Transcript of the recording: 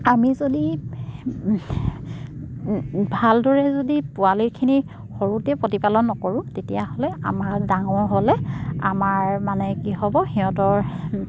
আমি যদি ভালদৰে যদি পোৱালিখিনি সৰুতেই প্ৰতিপালন নকৰোঁ তেতিয়াহ'লে আমাৰ ডাঙৰ হ'লে আমাৰ মানে কি হ'ব সিহঁতৰ